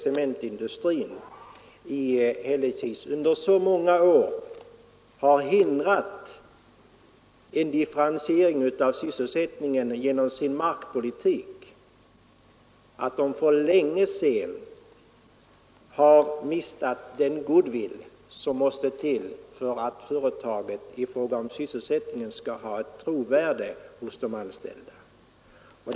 Cementindustrin i Hällekis har under så många år hindrat en differentiering av sysselsättningen genom sin leligt engagemang inom byggnadsämnesindustrin markpolitik att den för länge sedan har mistat den goodwill som måste till för att de anställda skall finna företaget trovärdigt i fråga om sysselsättningen.